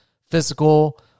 physical